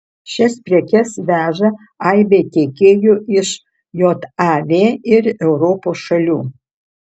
šias prekes veža aibė tiekėjų iš jav ir europos šalių